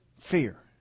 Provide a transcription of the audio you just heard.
Fear